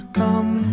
come